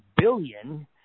billion